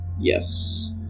Yes